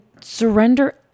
surrender